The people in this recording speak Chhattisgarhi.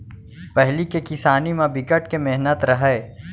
पहिली के किसानी म बिकट के मेहनत रहय